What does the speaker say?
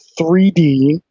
3d